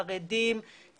חרדים,